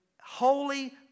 holy